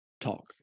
talk